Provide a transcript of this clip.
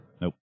Nope